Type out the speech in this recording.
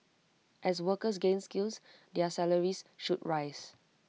as workers gain skills their salaries should rise